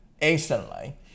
instantly